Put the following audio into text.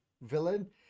villain